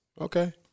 Okay